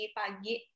pagi